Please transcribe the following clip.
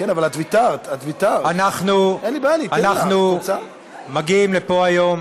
אנחנו מגיעים לפה היום